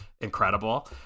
incredible